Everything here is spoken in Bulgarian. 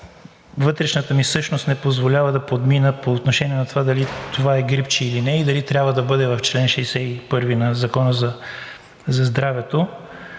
вътрешната ми същност не позволява да подмина по отношение на това дали това е грипче или не и дали трябва да бъде в чл. 61 на Закона за здравето.